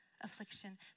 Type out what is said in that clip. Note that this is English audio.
affliction